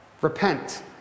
repent